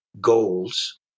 goals